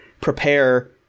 prepare